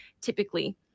typically